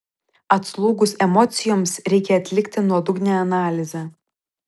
atslūgus emocijoms reikia atlikti nuodugnią analizę